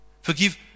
Forgive